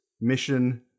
mission